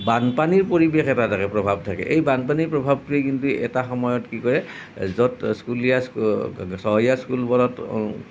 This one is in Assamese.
বানপানীৰ পৰিৱেশ এটা থাকে প্ৰভাৱ থাকে এই বানপানীৰ প্ৰভাৱটোৱে কিন্তু এটা সময়ত কি কৰে য'ত স্কুলীয়া চহৰীয়া স্কুলবোৰত